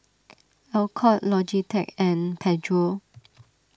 Alcott Logitech and Pedro